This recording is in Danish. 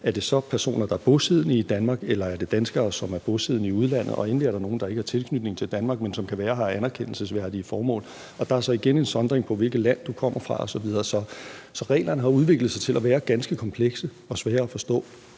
om det så er personer, der er bosiddende i Danmark, eller om det er danskere, som er bosiddende i udlandet. Endelig er der nogle, der ikke har tilknytning til Danmark, men som kan være her af anerkendelsesværdige formål. Og der er så igen en sondring, i forhold til hvilket land du kommer fra, osv. Så reglerne har udviklet sig til at være ganske komplekse og svære at forstå.